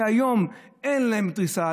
שהיום אין להם דריסה,